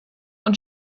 und